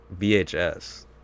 VHS